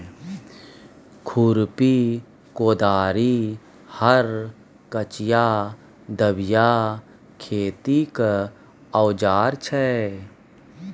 खुरपी, कोदारि, हर, कचिआ, दबिया खेतीक औजार छै